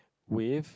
with